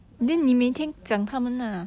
我跟你讲他们真的 useless